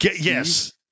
Yes